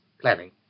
planning